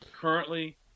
Currently